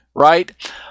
right